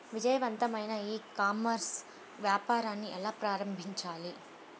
విజయవంతమైన ecommerce వ్యాపారాన్ని ఎలా ప్రారంభించాలి?